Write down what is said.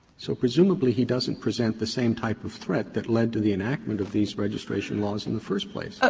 so presumably, he doesn't present the same type of threat that led to the enactment of these registration laws in the first place.